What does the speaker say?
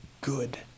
good